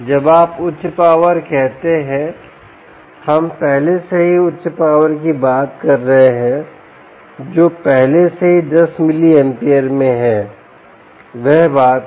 जब आप उच्च पावर कहते हैं हम पहले से ही उच्च पावर की बात कर रहे हैं जो पहले से ही 10 मिलीएंपियर में है वह बात है